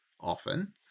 often